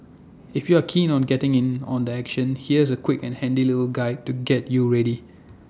if you're keen on getting in on the action here's A quick and handy little guide to get you ready